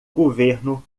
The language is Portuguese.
governo